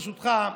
ברשותך,